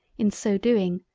in so doing,